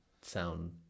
sound